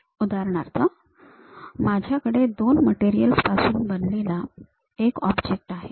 उदाहरणार्थ माझ्याकडे दोन मटेरियल्स पासून बनलेला एक ऑब्जेक्ट आहे